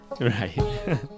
right